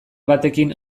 batekin